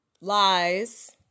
lies